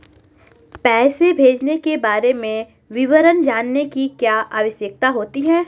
पैसे भेजने के बारे में विवरण जानने की क्या आवश्यकता होती है?